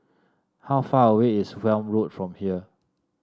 how far away is Welm Road from here